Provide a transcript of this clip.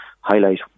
highlight